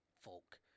folk